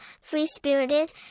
free-spirited